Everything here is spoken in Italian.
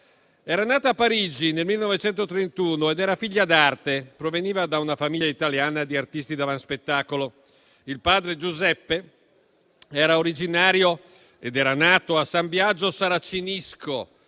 Era nata a Parigi nel 1931 ed era figlia d'arte, proveniva da una famiglia italiana di artisti d'avanspettacolo. Il padre Giuseppe era originario di San Biagio Saracinisco,